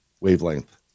wavelength